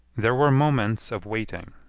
there were moments of waiting.